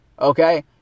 okay